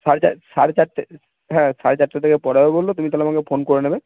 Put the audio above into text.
সাড়ে চার সাড়ে চারটে হ্যাঁ সাড়ে চারটে থেকে পড়াবে বলল তুমি তাহলে আমাকে ফোন করে নেবে